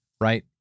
Right